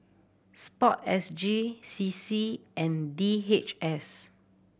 Sport S G C C and D H S